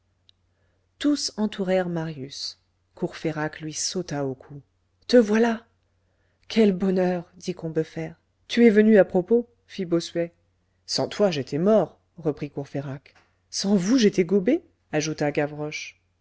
tous entourèrent marius courfeyrac lui sauta au cou te voilà quel bonheur dit combeferre tu es venu à propos fit bossuet sans toi j'étais mort reprit courfeyrac sans vous j'étais gobé ajouta